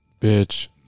bitch